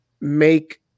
make